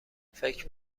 فکر